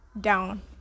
down